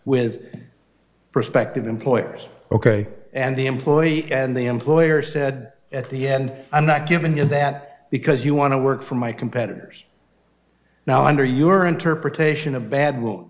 with prospective employers ok and the employee and the employer said at the end i'm not giving you that because you want to work for my competitors now under your interpretation a bad